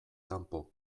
kanpo